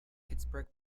pittsburgh